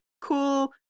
cool